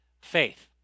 Faith